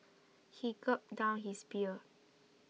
he gulped down his beer